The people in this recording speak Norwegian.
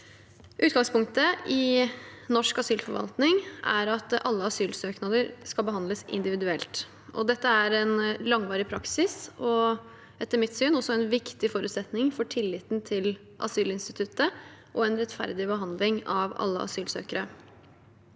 Utgangspunktet i norsk asylforvaltning er at alle asylsøknader skal behandles individuelt. Dette er en langvarig praksis og etter mitt syn også en viktig forutsetning for tilliten til asylinstituttet og en rettferdig behandling av alle asylsøkere.